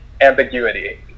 ambiguity